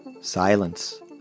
silence